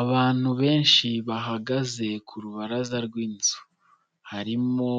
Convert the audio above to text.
Abantu benshi bahagaze ku rubaraza rw'inzu, harimo